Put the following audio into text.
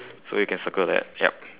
so you can circle that yep